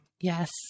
Yes